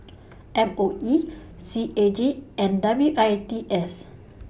M O E C A G and W I T S